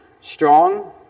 strong